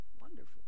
wonderful